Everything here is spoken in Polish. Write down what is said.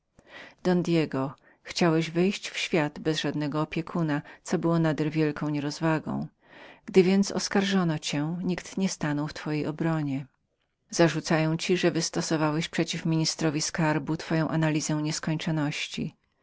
don diego chciałeś wejść w świat bez żadnego opiekuna i w tem całkiem niedorzecznie sobie postąpiłeś gdyż oskarżono cię i nikt nie stanął w twojej obronie zarzucają ci że wystósowałeś przeciw ministrowi skarbu twoją analizę nieskończoności